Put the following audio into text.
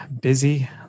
busy